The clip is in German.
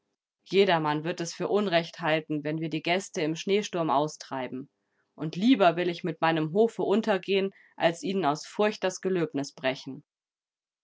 jedermann wird es für unrecht halten wenn wir die gäste im schneesturm austreiben und lieber will ich mit meinem hofe untergehen als ihnen aus furcht das gelöbnis brechen